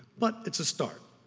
but it's a start.